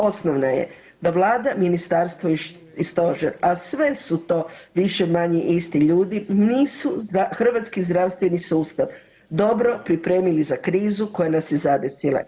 Osnovna je da Vlada, Ministarstvo i Stožer a sve su to više-manje isti ljudi nisu hrvatski zdravstveni sustav dobro pripremili za krizu koja nas je zadesila.